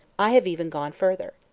i have even gone further.